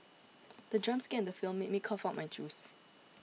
the jump scare in the film made me cough out my juice